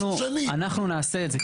אנחנו נעשה את זה.